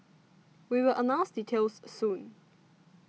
we will announce details soon